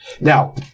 Now